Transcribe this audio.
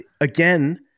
Again